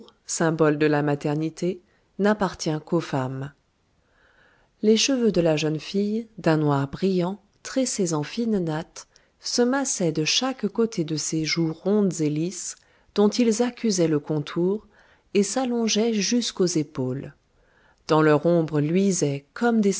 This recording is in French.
symbole de la maternité n'appartient qu'aux femmes les cheveux de la jeune fille d'un noir brillant tressés en fines nattes se massaient de chaque côté de ses joues rondes et lisses dont ils accusaient le contour et s'allongeaient jusqu'aux épaules dans leur ombre luisaient comme des